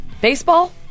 Baseball